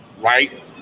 right